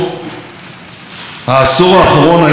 עשור אבוד מבחינה כלכלית וחברתית,